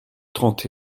trente